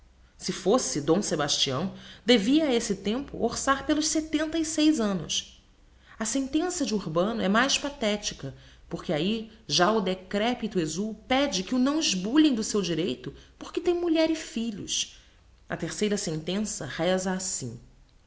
se fosse d sebastião devia a esse tempo orçar pelos setenta e seis annos a sentença de urbano é mais pathetica por que ahi já o decrepito exul pede que o não esbulhem do seu direito porque tem mulher e filhos a terceira sentença reza assim